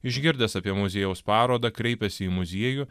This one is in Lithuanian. išgirdęs apie muziejaus parodą kreipėsi į muziejų